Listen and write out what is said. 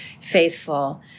faithful